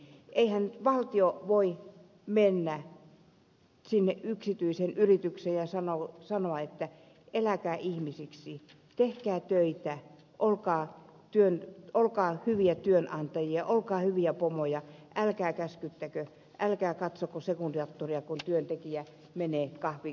eihän valtio voi mennä yksityiseen yritykseen ja sanoa että eläkää ihmisiksi tehkää töitä olkaa hyviä työnantajia olkaa hyviä pomoja älkää käskyttäkö älkää katsoko sekundaattoria kun työntekijä menee kahvitauolle